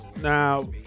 Now